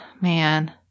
Man